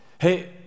Hey